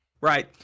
right